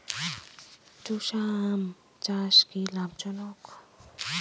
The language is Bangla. চোষা আম চাষ কি লাভজনক?